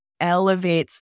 elevates